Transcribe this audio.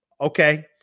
Okay